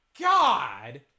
God